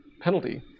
penalty